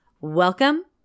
Welcome